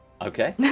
Okay